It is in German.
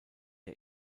ihr